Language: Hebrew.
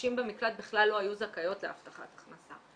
שנשים במקלט בכלל לא היו זכאיות להבטחת הכנסה.